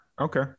Okay